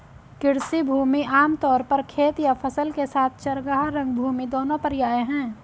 कृषि भूमि आम तौर पर खेत या फसल के साथ चरागाह, रंगभूमि दोनों का पर्याय है